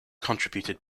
contributed